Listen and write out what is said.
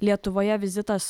lietuvoje vizitas